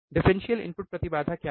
differential input प्रतिबाधा क्या है